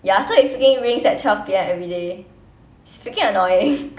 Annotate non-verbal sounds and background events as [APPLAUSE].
ya so it freaking rings at twelve P_M everyday it's freaking annoying [LAUGHS]